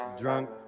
drunk